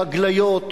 ההגליות,